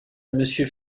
monsieur